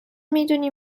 میدونی